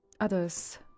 others